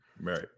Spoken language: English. Right